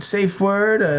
safe word,